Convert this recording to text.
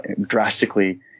drastically